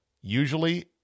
Usually